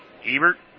Ebert